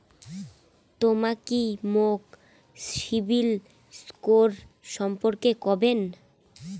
তমা কি মোক সিবিল স্কোর সম্পর্কে কবেন?